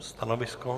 Stanovisko?